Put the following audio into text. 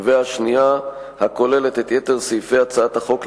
והשנייה כוללת את יתר סעיפי החוק,